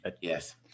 Yes